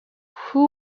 who